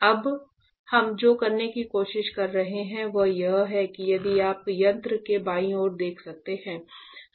अब हम जो करने की कोशिश कर रहे हैं वह यह है कि यदि आप यंत्र के बाईं ओर देख सकते हैं